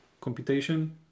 computation